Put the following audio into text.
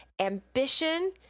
ambition